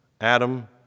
Adam